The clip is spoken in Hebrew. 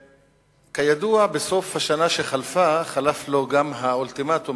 וכידוע בסוף השנה שחלפה חלף לו גם האולטימטום,